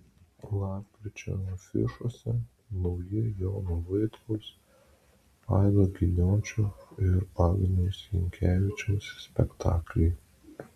lapkričio afišose nauji jono vaitkaus aido giniočio ir agniaus jankevičiaus spektakliai